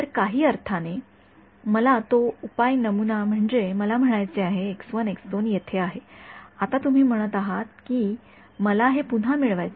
तर काही अर्थाने मला तो उपाय नमूना म्हणजे मला म्हणायचे येथेआहे आता तुम्ही म्हणत आहात की मला हे पुन्हा मिळवायचे आहे